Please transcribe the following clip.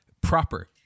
proper